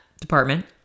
department